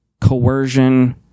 coercion